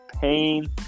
pain